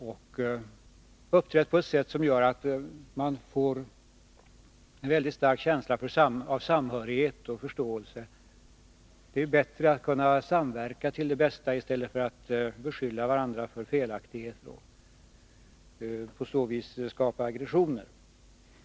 Man har uppträtt på ett sätt som ger en väldigt stark känsla av samhörighet och förståelse. Det är bättre att kunna samverka till det bästa i stället för att beskylla varandra för felaktigheter och på så vis skapa aggressioner.